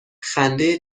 خنده